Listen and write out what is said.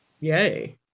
Yay